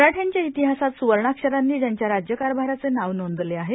मराठ्यांच्या इतिहासात स्वर्णाक्षरांनी ज्यांच्या राज्यकारभाराचे नाव नोंदले आहे